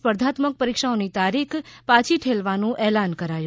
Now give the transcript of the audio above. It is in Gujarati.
સ્પર્ધાત્મક પરીક્ષાઓની તારીખ પાછી ઠેલવાનું એલાન કરાયું